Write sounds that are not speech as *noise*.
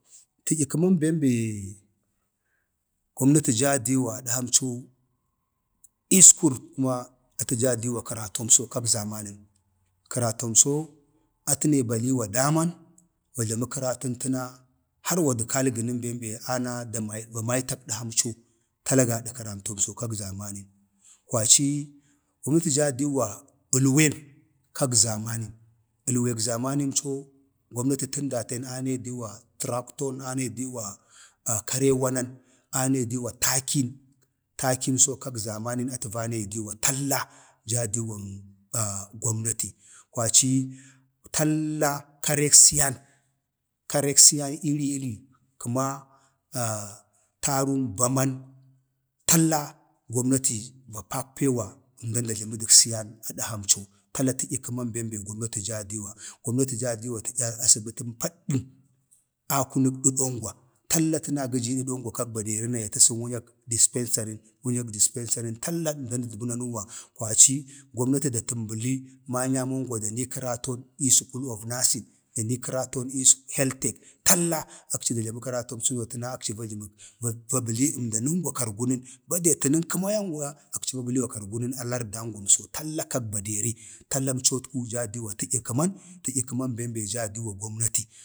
*unintelligible* Gomnati jaa diwa idhamco iskur kuma atu jaa diwa kəratomso kag zamanu, koratomso atəne baliwa daman wa jləmə kəratən təna har wa də kalgənən bem be ana da *unintelligible* ana va maitag dəhamco tala gadag kərotomso kan zamanu. kwaci gomnati jaadiwa əlwen kag zamanən, əlwek zamanəmco kag zamanən gomnati jaa datən datən anayi diwa trakton anayi diwa *hesitation* karee wanan anayi diwa takin, takimco kag zamanu atə vanayi diwa talla jaa diwag *hesitation* gomnati. kwaci talla karek siyan, karek siyan iri iri kəma *hesitation* tarun, baman talla gomnati va pakpe wa əmdan da jləmə dək siyan adhamco tala tədya kəman bem be gomnati jaa diwa. gomnati jaa diwa azbətən paddən akunək dədongwa, talla təna gə jii dədongwa kag baderi na ya təsək wunyak dispensarin wunyak dispensarin talla əmdan ədgə nanuwa. kwaci gomnati də təmbəli manyamonga da jləmə kəraton ii sukul of nusin, da jləmə kəraton ii hel tek talla akci da jləmə keratomsəno təna akci va jləmə va *hesitation* badetənən kəma ayangwa va bələwa kargunən a lardangwamso talla a baderi talla əmcotku jaa diwan tədyə kəman tədyə kəman be jaa diwan gomnati,